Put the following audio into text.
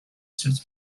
states